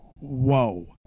whoa